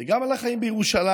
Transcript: וגם על החיים בירושלים,